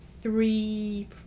three